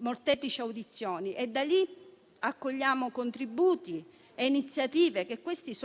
molteplici audizioni e da lì accogliamo contributi e iniziative